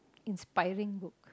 inspiring book